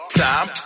time